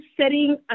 setting